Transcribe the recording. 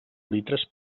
litres